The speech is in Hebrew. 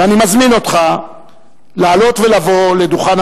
ואני מזמין אותך לעלות ולבוא לדוכן